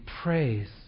praise